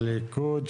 הליכוד,